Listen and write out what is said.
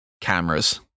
cameras